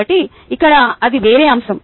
కాబట్టి ఇక్కడ అది వేరే అంశం